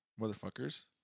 motherfuckers